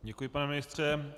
Děkuji, pane ministře.